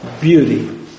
beauty